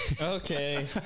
Okay